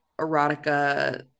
erotica